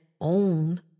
own